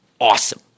awesome